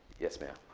yes, ma'am.